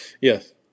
Yes